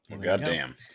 Goddamn